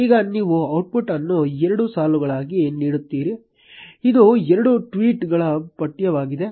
ಈಗ ನೀವು ಔಟ್ಪುಟ್ ಅನ್ನು ಎರಡು ಸಾಲುಗಳಾಗಿ ನೋಡುತ್ತೀರಿ ಇದು ಎರಡು ಟ್ವೀಟ್ ಗಳ ಪಠ್ಯವಾಗಿದೆ